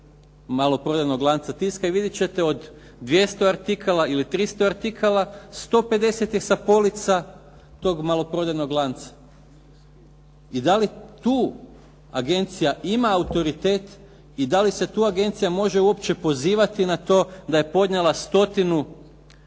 maloprodajnog lanca tiska i vidjet ćete da od 200 artikala ili 300 artikala, 150 je sa polica toga maloprodajnog lanca. I da li tu agencija ima autoritet i da li se tu agencija može uopće pozivati na to da je podnijela 100